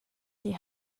die